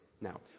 Now